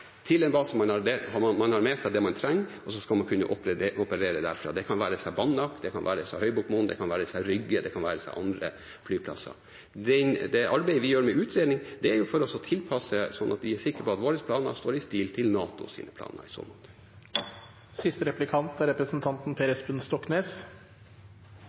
man kan komme til en base der man har med seg det man trenger, og så skal man kunne operere derfra – det være seg Banak, det være seg Høybuktmoen, det være seg Rygge, det være seg andre flyplasser. Det arbeidet vi gjør med utredning, er jo for å tilpasse, sånn at vi er sikre på at våre planer står i stil med NATOs planer i så måte.